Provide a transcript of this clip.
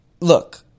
Look